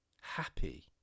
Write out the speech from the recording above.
happy